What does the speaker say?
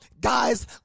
guys